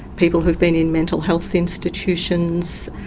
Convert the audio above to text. people who'd been in mental health institutions,